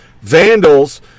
vandals